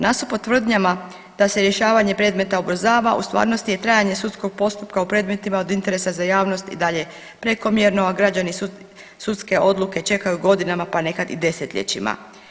Nasuprot tvrdnjama da se rješavanje predmeta ubrzava, u stvarnosti je trajanje sudskog postupka u predmetima od interesa za javnost i dalje prekomjerno, a građani sudske odluke čekaju godinama, pa nekad i desetljećima.